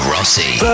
Rossi